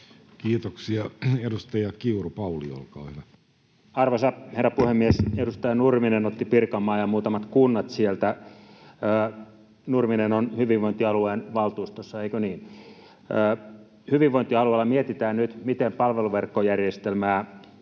Kiitoksia. — Edustaja Kiuru, Pauli, olkaa hyvä. Arvoisa herra puhemies! Edustaja Nurminen otti esille Pirkanmaan ja muutamat kunnat sieltä. Nurminen on hyvinvointialueen valtuustossa, eikö niin? Hyvinvointialueilla mietitään nyt, miten palveluverkkojärjestelmää